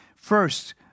First